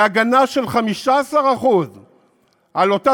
אני נתתי והובלתי להגנה של 15% על אותה